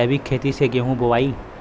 जैविक खेती से गेहूँ बोवाई